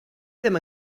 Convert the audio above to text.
ddim